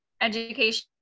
education